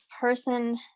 person